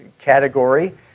category